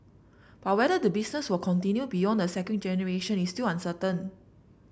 but whether the business will continue beyond the second generation is still uncertain